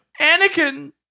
Anakin